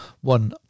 one